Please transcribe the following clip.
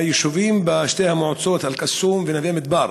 ביישובים בשתי המועצות אל-קסום ונווה מדבר